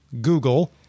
Google